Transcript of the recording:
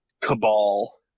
cabal